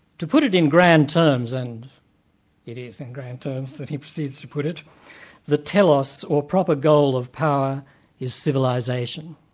to put it in grand terms and it is some and grand terms that he proceeds to put it the telos or proper goal of power is civilisation.